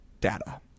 data